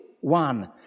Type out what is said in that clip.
one